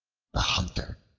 the hunter,